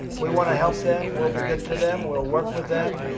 we want to help them. we'll be good to them. we'll work with them.